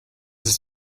ist